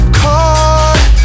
caught